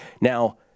Now